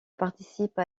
participe